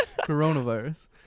Coronavirus